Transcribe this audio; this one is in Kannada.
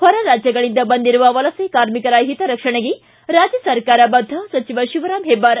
ಹೊರ ರಾಜ್ಯಗಳಿಂದ ಬಂದಿರುವ ವಲಸೆ ಕಾರ್ಮಿಕರ ಹಿತರಕ್ಷಣೆಗೆ ರಾಜ್ಯ ಸರ್ಕಾರ ಬದ್ಧ ಸಚಿವ ಶಿವರಾಮ್ ಹೆಬ್ಬಾರ್